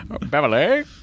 Beverly